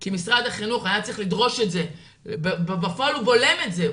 כי משרד החינוך היה צריך לדרוש את זה ובפועל הוא בולם את זה.